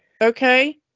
okay